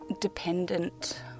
dependent